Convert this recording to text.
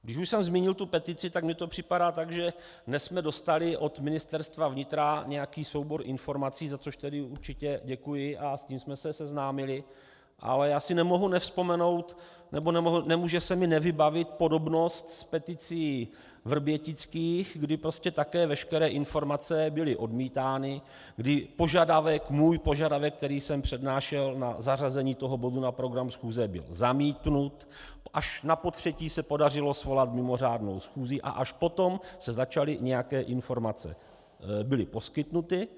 Když už jsem zmínil tu petici, tak mně to připadá tak, že dnes jsme dostali od Ministerstva vnitra nějaký soubor informací, za což tedy určitě děkuji a s tím jsme se seznámili, ale nemohu si nevzpomenout, nebo nemůže se mi nevybavit podobnost s peticí Vrbětických, kdy také veškeré informace byly odmítány, kdy požadavek, můj požadavek, který jsem přednášel, na zařazení toho bodu na program schůze, byl zamítnut, až na potřetí se podařilo svolat mimořádnou schůzi a až potom nějaké informace byly poskytnuty.